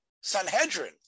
Sanhedrin